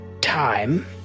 time